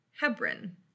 Hebron